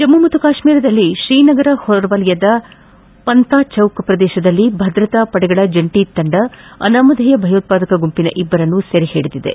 ಜಮ್ಮ ಮತ್ತು ಕಾಶ್ಮೀರದಲ್ಲಿ ಶ್ರೀನಗರ ಹೊರವಲಯದ ಪಂತಾಚೌಕ್ ಪ್ರದೇಶದಲ್ಲಿ ಭದ್ರತಾ ಪಡೆಗಳ ಜಂಟ ತಂಡಾ ಅನಾಮಧೇಯ ಭಯೋತ್ವಾದಕ ಗುಂಪಿನ ಇಬ್ಬರನ್ನು ಸೆರೆ ಹಿಡಿದಿದೆ